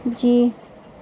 جی